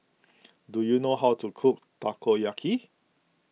do you know how to cook Takoyaki